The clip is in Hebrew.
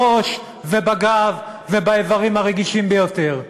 בראש ובגב ובאיברים הרגישים ביותר.